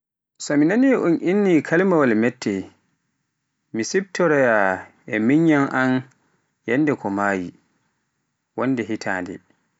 So mi naani un inni kalimawaal mette, mi siftoroyaa minyan am yannde ko mayi, wonde hitande.